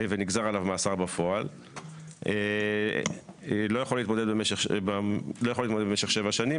ונגזר עליו מאסר בפועל לא יכול להתמודד במשך שבע שנים,